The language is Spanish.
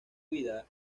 vida